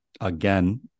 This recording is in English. Again